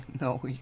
No